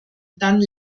dann